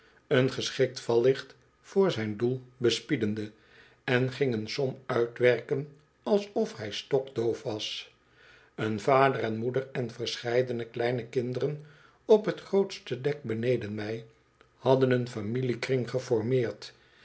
voor zijn doel bespiedende en ging een som uitwerken alsof hij stokdoof was een vader en moeder en verscheidene kleine kinderen op t grootste dek beneden mij hadden een familiekring geformeerd